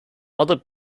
other